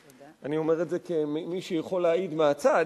אני אומר את זה כמי שיכול להעיד מהצד,